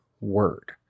word